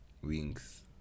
Wings